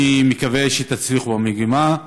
אני מקווה שתצליחו במגמה,